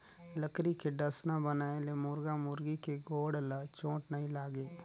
लकरी के डसना बनाए ले मुरगा मुरगी के गोड़ ल चोट नइ लागे